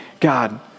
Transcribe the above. God